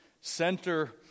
center